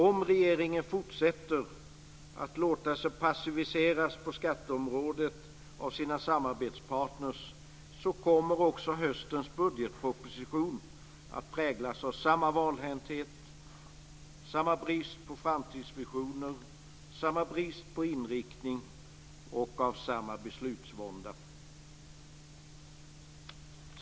Om regeringen fortsätter att låta sig passiviseras på skatteområdet av sina samarbetspartner kommer också höstens budgetproposition att präglas av samma valhänthet, samma brist på framtidsvisioner och samma brist på inriktning och av samma beslutsvånda.